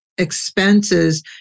expenses